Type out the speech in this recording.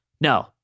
No